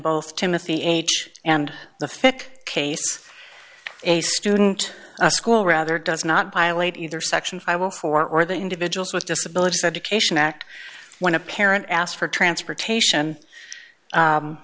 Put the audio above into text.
both timothy age and the fiqh case a student a school rather does not violate either section i will for or the individuals with disabilities education act when a parent asked for transportation